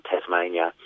Tasmania